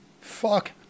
Fuck